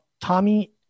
Tommy